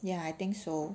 ya I think so